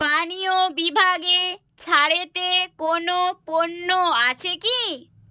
পানীয় বিভাগে ছাড়েতে কোনও পণ্য আছে কি